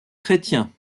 chrétien